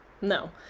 no